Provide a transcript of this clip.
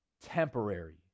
temporary